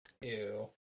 Ew